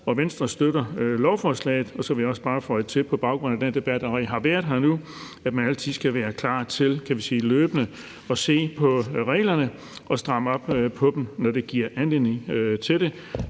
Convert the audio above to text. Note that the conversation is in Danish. Venstre støtter lovforslaget. Og så vil jeg også bare på baggrund af den debat, der allerede har været her, føje til, at man altid skal være klar til, kan man sige, løbende at se på reglerne og stramme op på dem, når der er anledning til det,